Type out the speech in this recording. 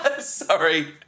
Sorry